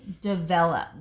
develop